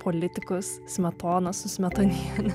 politikus smetoną su smetoniene